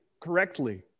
correctly